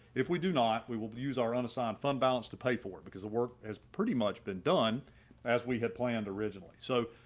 if we do not we will use our unassigned fund balance to pay for it because it works. has pretty much been done as we had planned originally. so,